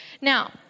Now